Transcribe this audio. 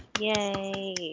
Yay